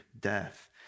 death